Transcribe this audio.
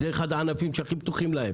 זה אחד הענפים שהכי פתוחים להם.